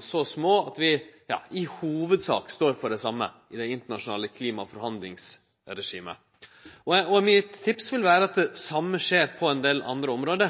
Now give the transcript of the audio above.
så små at vi i hovudsak står for det same i det internasjonale klimaforhandlingsregimet, og mitt tips vil vere at det same skjer på ein del andre område.